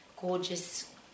gorgeous